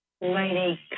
lady